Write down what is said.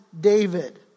David